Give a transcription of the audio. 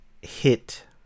hit